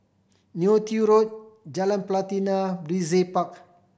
Neo Tiew Road Jalan Pelatina Brizay Park